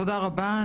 תודה רבה.